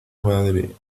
madre